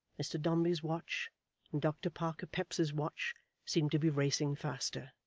mr dombey's watch and dr parker peps's watch seemed to be racing faster.